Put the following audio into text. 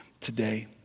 today